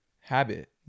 habit